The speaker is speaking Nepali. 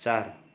चार